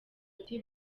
ati